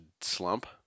slump